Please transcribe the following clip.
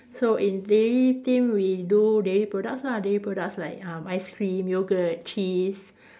so in dairy team we do dairy products ah dairy products like um ice cream yogurt cheese